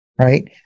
right